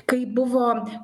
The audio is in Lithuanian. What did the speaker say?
kai buvo